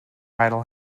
idle